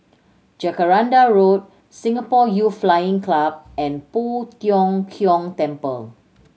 Jacaranda Road Singapore Youth Flying Club and Poh Tiong Kiong Temple